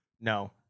No